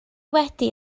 wedi